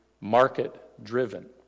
market-driven